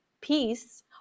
peace